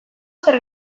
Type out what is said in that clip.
zer